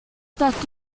that